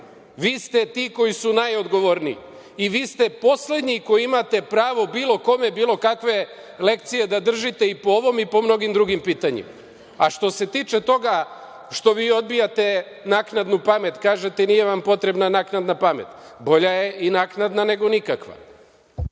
Vi ste ti koji su najodgovorniji i vi ste poslednji koji imate pravo bilo kome bilo kakve lekcije da držite i po ovom i po mnogim drugim pitanjima. Što se tiče toga što vi odbijate naknadnu pamet, kažete nije vam potrebna naknadna pamet, bolja je i naknadna, nego nikakva.